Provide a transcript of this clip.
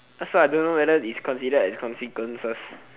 that's why I don't know whether it's considered as consequences